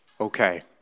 Okay